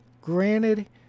granted